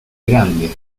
grande